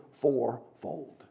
fourfold